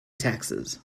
taxes